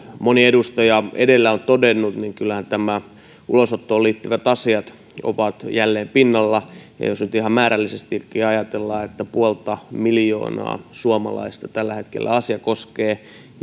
moni edustaja edellä on todennut kyllähän nämä ulosottoon liittyvät asiat ovat jälleen pinnalla ja jos nyt ihan määrällisestikin ajatellaan niin puolta miljoonaa suomalaista tällä hetkellä asia koskee